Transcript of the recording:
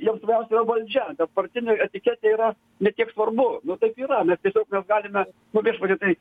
jiem svarbiausia yra valdžia bet partinė etiketė yra ne tiek svarbu nu taip yra mes tiesiog mes galime nu viešpatie tai